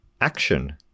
action